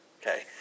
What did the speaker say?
Okay